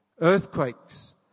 Earthquakes